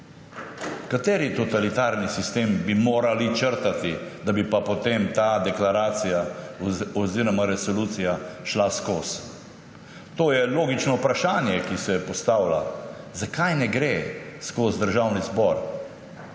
Kateri totalitarni sistem bi morali črtati, da bi pa potem ta deklaracija oziroma resolucija šla skozi? To je logično vprašanje, ki se postavlja, zakaj ne gre skozi Državni zbor,